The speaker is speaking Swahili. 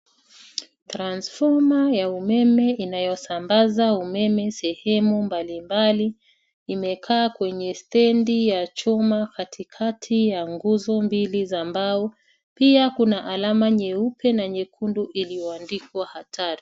Transfoma ya umeme inayosambaza umeme sehemu mbalimbali imekaa kwenye stendi ya chuma katikati ya nguzo mbili za mbao. Pia kuna alama nyeupe na nyekundu iliyoandikwa hatari.